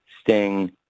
Sting